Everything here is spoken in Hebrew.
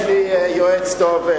יש לי יועץ טוב,